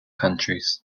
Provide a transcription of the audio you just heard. countries